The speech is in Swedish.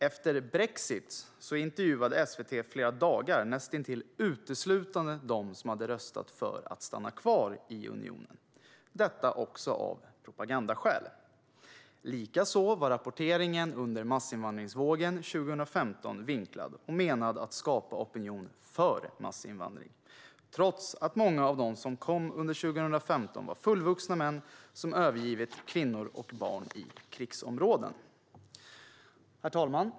Efter brexit intervjuade SVT flera dagar näst intill uteslutande dem som hade röstat för att Storbritannien skulle stanna kvar i unionen - detta också av propagandaskäl. Likaså var rapporteringen under massinvandringsvågen 2015 vinklad och menad att skapa opinion för massinvandring, trots att många av dem som kom under 2015 var fullvuxna män som övergivit kvinnor och barn i krigsområden. Herr talman!